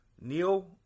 Neil